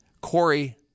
Corey